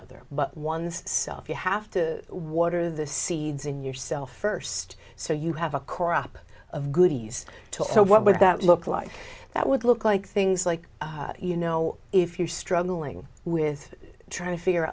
other but one's self you have to water the seeds in yourself first so you have a core up of goodies to so what would that look like that would look like things like you know if you're struggling with trying to figure